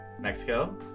mexico